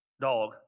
dog